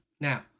Now